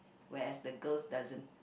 whereas the girls doesn't